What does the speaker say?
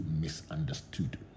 misunderstood